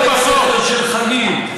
בית ספר של חגים,